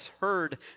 heard